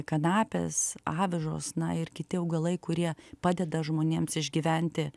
kanapės avižos na ir kiti augalai kurie padeda žmonėms išgyventi